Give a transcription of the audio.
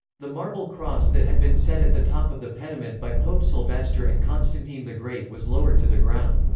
the marble cross that had been set at the top of the pediment by pope sylvester and constantine the great was lowered to the ground.